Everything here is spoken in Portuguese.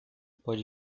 pode